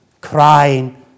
crying